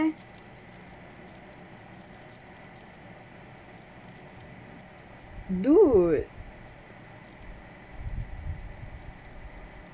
dude